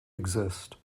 exist